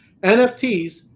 nfts